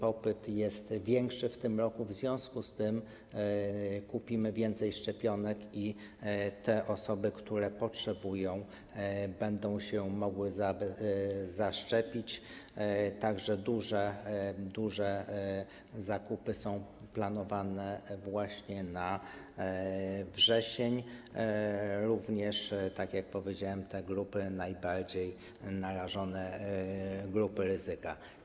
Popyt jest większy w tym roku, w związku z czym kupimy więcej szczepionek i te osoby, które tego potrzebują, będą się mogły zaszczepić - duże zakupy są planowane właśnie na wrzesień - również, tak jak powiedziałem, te grupy najbardziej narażone, grupy ryzyka.